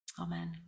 Amen